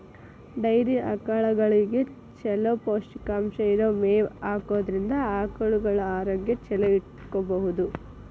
dairy ಆಕಳಗಳಿಗೆ ಚೊಲೋ ಪೌಷ್ಟಿಕಾಂಶ ಇರೋ ಮೇವ್ ಹಾಕೋದ್ರಿಂದ ಆಕಳುಗಳ ಆರೋಗ್ಯ ಚೊಲೋ ಇಟ್ಕೋಬಹುದು